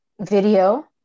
video